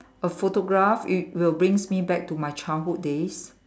a photograph y~ will bring my back to my childhood days